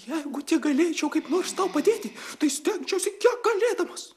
jeigu tik galėčiau kaip nors tau padėti stengčiausi kiek galėdamas